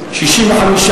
לסעיף 52 לא נתקבלה.